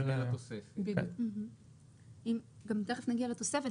גם תכף נגיע לתוספת,